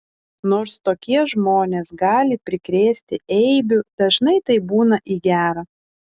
nors tokie žmonės gali prikrėsti eibių dažnai tai būna į gera